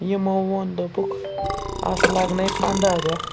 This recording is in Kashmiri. یِمو ووٚن دوٚپُکھ اَتھ لَگنَے پَنٛداہ دۄہ